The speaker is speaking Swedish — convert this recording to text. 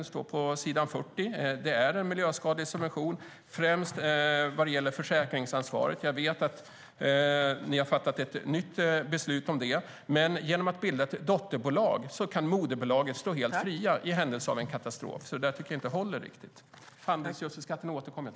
Det står om den på s. 40. Det är en miljöskadlig subvention, främst när det gäller försäkringsansvaret. Jag vet att ni har fattat ett nytt beslut om det, men genom att bilda dotterbolag kan moderbolagen stå helt fria i händelse av en katastrof.